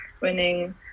winning